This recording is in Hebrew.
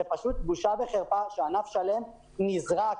זה פשוט בושה וחרפה שענף שלם נזרק,